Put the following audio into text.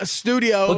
studio